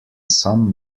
some